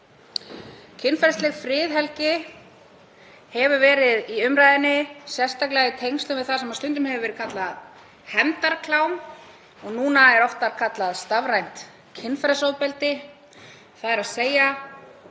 Kynferðisleg friðhelgi hefur verið í umræðunni, sérstaklega í tengslum við það sem stundum hefur verið kallað hefndarklám. Núna er það oftar kallað stafrænt kynferðisofbeldi, þ.e. sú mikla